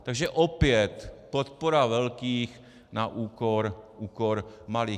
Takže opět podpora velkých na úkor malých.